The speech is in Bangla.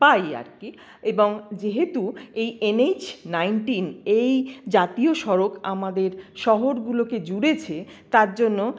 পাই আরকি এবং যেহেতু এই এনএইচ নাইনটিন এই জাতীয় সড়ক আমাদের শহরগুলোকে জুড়েছে তার জন্য